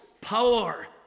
power